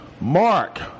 Mark